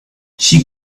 she